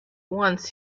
once